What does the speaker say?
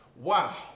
Wow